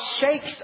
shakes